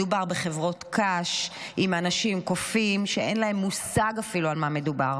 מדובר בחברות קש עם אנשים קופים שאין להם מושג אפילו על מה מדובר.